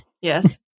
Yes